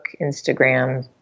Instagram